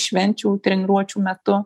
švenčių treniruočių metu